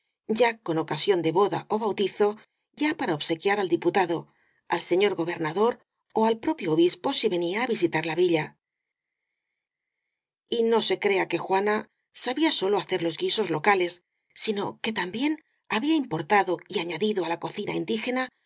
ya con ocasión de boda ó bautizo ya para obsequiar al diputado al señor gobernador ó al propio obispo si venía á visitar la villa y no se crea que juana sabía sólo hacer los gui sos locales sino que también había importado y añadido á la cocina indígena no